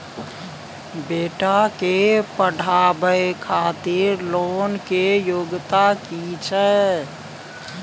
बेटा के पढाबै खातिर लोन के योग्यता कि छै